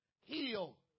heal